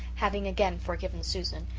having again forgiven susan,